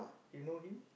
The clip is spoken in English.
you know him